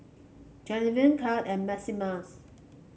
Granville Cade and Maximus